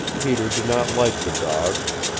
peter did not like the dogs,